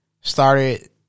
started